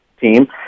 team